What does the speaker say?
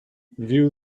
view